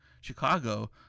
Chicago